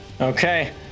Okay